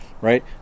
right